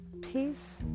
Peace